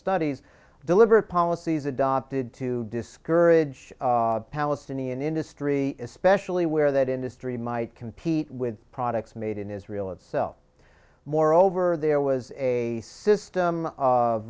studies deliberate policies adopted to discourage palestinian industry especially where that industry might compete with products made in israel itself moreover there was a system of